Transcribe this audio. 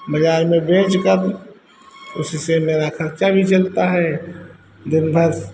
बाज़ार में बेचकर उसी से मेरा खर्चा भी चलता है दिनभर